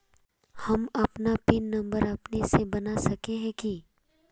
हम अपन PIN number अपने से बना सके है की?